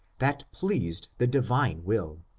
that pleased the divine will.